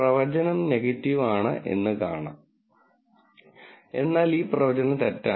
പ്രവചനം നെഗറ്റീവ് ആണ് എൻ കാണാം എന്നാൽ ഈ പ്രവചനം തെറ്റാണ്